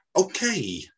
Okay